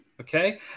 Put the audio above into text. Okay